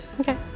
Okay